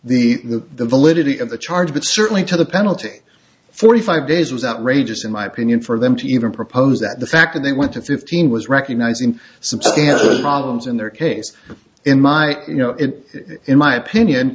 the the validity of the charge but certainly to the penalty forty five days was outrageous in my opinion for them to even propose that the fact that they went to fifteen was recognising some problems in their case in my you know it in my opinion